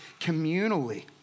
communally